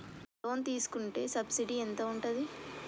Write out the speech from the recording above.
Loan తీసుకుంటే subsidy ఎంత ఉంటది?